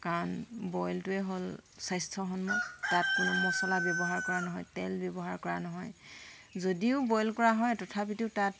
কাৰণ বইলটোৱে হ'ল স্বাস্থ্যসন্মত তাত কোনো মছলা ব্যৱহাৰ কৰা নহয় তেল ব্যৱহাৰ কৰা নহয় যদিও বইল কৰা হয় তথাপিতো তাত